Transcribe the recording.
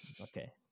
Okay